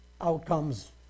outcomes